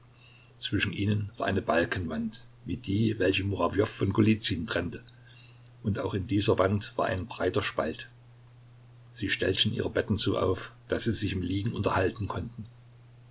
zwischen ihnen war eine balkenwand wie die welche murawjow von golizyn trennte und auch in dieser wand war ein breiter spalt sie stellten ihre betten so auf daß sie sich im liegen unterhalten konnten